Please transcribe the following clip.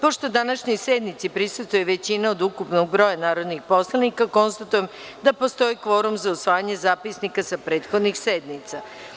Pošto današnjoj sednici prisustvuje većina od ukupnog broja narodnih poslanika, konstatujem da postoji kvorum za usvajanje zapisnika sa prethodnih sednica.